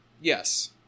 Yes